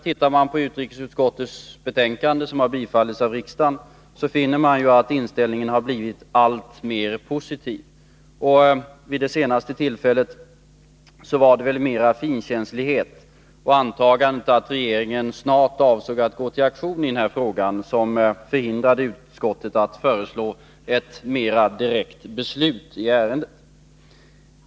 Tittar man på utrikesutskottets betänkanden, som bifallits av riksdagen, finner man att inställningen blivit alltmer positiv. Vid det senaste tillfället var det väl mera finkänslighet och antagandet att regeringen snart avsåg att gå till aktion i den här frågan som förhindrade utskottet att föreslå ett mer direkt beslut i ärendet.